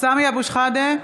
סמי אבו שחאדה,